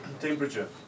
Temperature